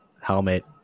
helmet